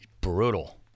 Brutal